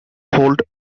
hold